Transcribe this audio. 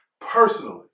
personally